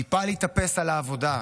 טיפה להתאפס על העבודה,